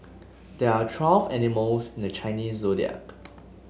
there are twelve animals in the Chinese Zodiac